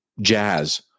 jazz